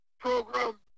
Program